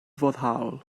foddhaol